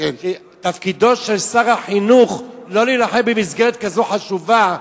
תפקידו של שר החינוך לא להילחם במסגרת כזאת חשובה,